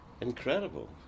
incredible